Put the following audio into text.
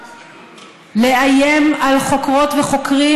לאיים על חוקרות וחוקרים,